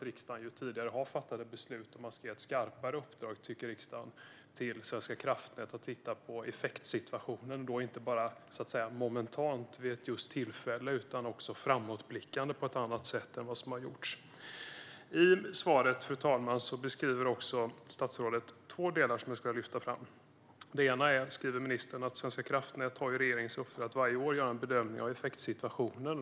Riksdagen har också tidigare fattat beslut om att ge ett skarpare uppdrag till Svenska kraftnät att titta på effektsituationen inte bara momentant vid ett enskilt tillfälle utan också framåtblickande på ett annat sätt än man har gjort tidigare. I svaret beskriver statsrådet två saker som jag skulle vilja lyfta fram. Det ena är att Svenska kraftnät har regeringens uppdrag att varje år göra en bedömning av effektsituationen.